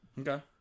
Okay